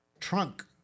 trunk